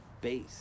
base